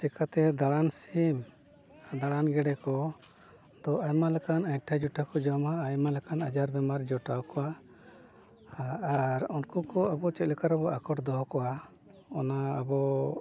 ᱪᱤᱠᱟᱹᱛᱮ ᱫᱟᱬᱟᱱ ᱥᱤᱢ ᱫᱟᱬᱟᱱ ᱜᱮᱰᱮ ᱠᱚᱫᱚ ᱟᱭᱢᱟ ᱞᱮᱠᱟᱱ ᱟᱹᱭᱴᱷᱟᱹ ᱡᱩᱭᱴᱷᱟᱹ ᱠᱚ ᱡᱚᱢᱟ ᱟᱭᱢᱟ ᱞᱮᱠᱟᱱ ᱟᱡᱟᱨ ᱵᱮᱢᱟᱨ ᱡᱚᱴᱟᱣ ᱠᱚᱣᱟ ᱟᱨ ᱩᱱᱠᱩ ᱠᱚ ᱟᱵᱚ ᱪᱮᱫ ᱞᱮᱠᱟ ᱨᱮᱵᱚᱱ ᱟᱠᱚᱴ ᱫᱚᱦᱚ ᱠᱚᱣᱟ ᱚᱱᱟ ᱟᱵᱚ